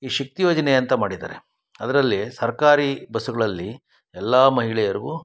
ಈ ಶಕ್ತಿ ಯೋಜನೆ ಅಂತ ಮಾಡಿದ್ದಾರೆ ಅದರಲ್ಲಿ ಸರ್ಕಾರಿ ಬಸ್ಸುಗಳಲ್ಲಿ ಎಲ್ಲ ಮಹಿಳೆಯರಿಗೂ